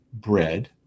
bread